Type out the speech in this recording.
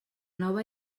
nova